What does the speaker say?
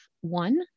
one